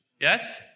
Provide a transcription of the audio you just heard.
Yes